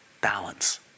balance